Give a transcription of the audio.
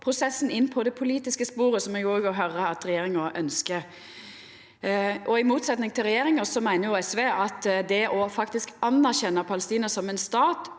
prosessen inn på det politiske sporet, som eg òg høyrer at regjeringa ønskjer. I motsetning til regjeringa meiner SV at det å anerkjenna Palestina som ein stat